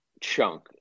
chunk